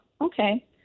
okay